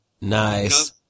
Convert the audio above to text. Nice